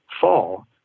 fall